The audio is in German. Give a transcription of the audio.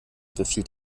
befiehlt